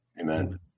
Amen